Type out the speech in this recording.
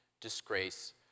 disgrace